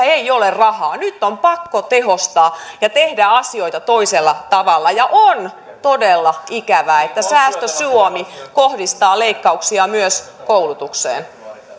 ei ole rahaa nyt on pakko tehostaa ja tehdä asioita toisella tavalla ja on todella ikävää että säästö suomi kohdistaa leikkauksia myös koulutukseen